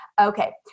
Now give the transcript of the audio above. Okay